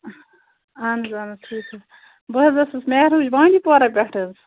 اہن حظ اہن حظ ٹھیٖک حظ بہٕ حظ ٲسٕس محروٗش بانڈی پورہ پٮ۪ٹھ حظ